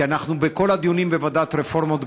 כי אנחנו בכל הדיונים בוועדת הרפורמות,